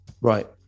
Right